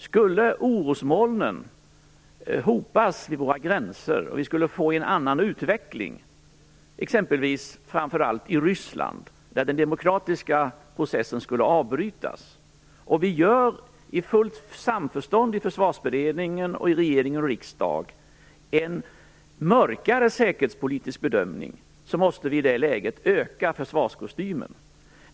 Skulle orosmolnen hopas vid våra gränser, skulle vi få en annan utveckling, framför allt genom att den demokratiska processen i Ryssland avbryts, så att vi i fullt samförstånd i Försvarsberedningen och i regering och riksdag gör en mörkare säkerhetspolitisk bedömning måste vi i det läget öka försvarskostymen.